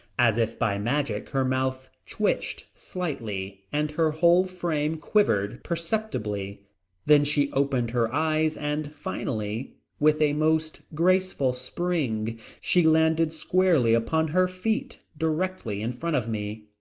as if by magic her mouth twitched slightly and her whole frame quivered perceptibly then she opened her eyes and finally with a most graceful spring she landed squarely upon her feet directly in front of me.